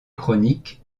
chroniques